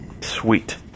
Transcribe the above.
Sweet